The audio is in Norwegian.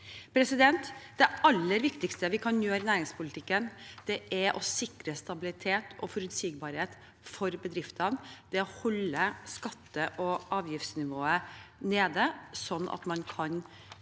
16 2023 Det aller viktigste vi kan gjøre i næringspolitikken, er å sikre stabilitet og forutsigbarhet for bedriftene og å holde skatte- og avgiftsnivået nede, sånn at man kan være